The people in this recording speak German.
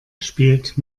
spielt